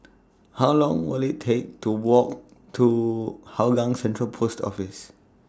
How Long Will IT Take to Walk to Hougang Central Post Office